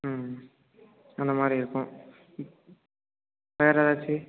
ம் அந்த மாதிரி இருக்கும் வேறு எதாச்சு